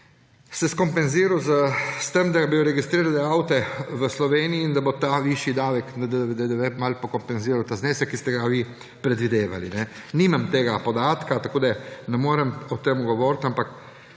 se skompenziral s tem, da bodo registrirali avte v Sloveniji in da bo ta višji davek na DDV kmalu kompenziral ta znesek, ki ste ga vi predvidevali. Nimam tega podatka, tako da ne morem o tem govoriti, ampak